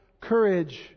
courage